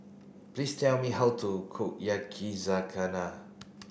please tell me how to cook Yakizakana